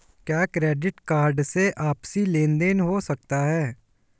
क्या credit card से आपसी लेनदेन हो सकता है?